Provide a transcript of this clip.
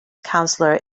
counselor